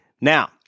Now